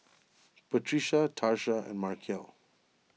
Patricia Tarsha and Markell